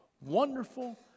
wonderful